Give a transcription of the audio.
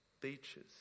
beaches